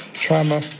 trauma,